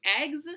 Eggs